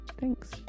Thanks